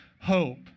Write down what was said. hope